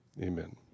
amen